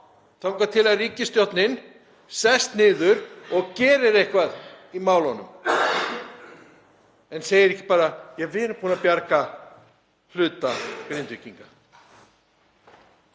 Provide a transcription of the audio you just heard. þangað til ríkisstjórnin sest niður og gerir eitthvað í málunum en segir ekki bara: Ja, við erum búin að bjarga hluta Grindvíkinga.